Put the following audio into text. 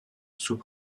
sous